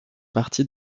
partie